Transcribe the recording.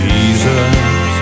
Jesus